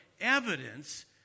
evidence